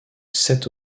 sept